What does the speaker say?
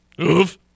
Oof